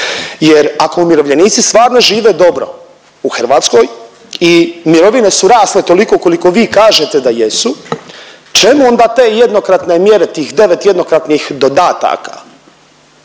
jer ako umirovljenici stvarno žive dobro u Hrvatskoj i mirovine su rasle toliko koliko vi kažete da jesu, čemu onda te jednokratne mjere, tih 9 jednokratnih dodataka,